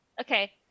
Okay